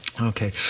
Okay